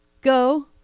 go